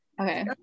Okay